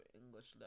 english